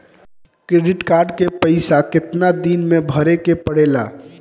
Credit card के पइसा कितना दिन में भरे के पड़ेला?